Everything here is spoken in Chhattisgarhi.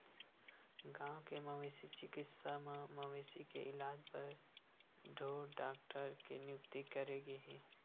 गाँव के मवेशी चिकित्सा म मवेशी के इलाज बर ढ़ोर डॉक्टर के नियुक्ति करे गे हे